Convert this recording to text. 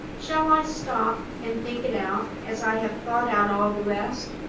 shall i stop and think it out, as i have thought out all the rest?